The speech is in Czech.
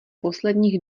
posledních